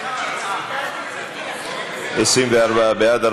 מי בעד?